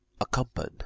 Accompanied